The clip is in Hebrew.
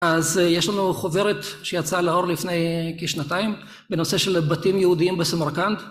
אז יש לנו חוברת שיצאה לאור לפני כשנתיים בנושא של בתים יהודיים בסמרקנד